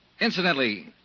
incidentally